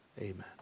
amen